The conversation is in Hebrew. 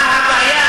מה הבעיה,